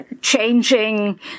changing